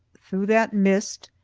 through that mist,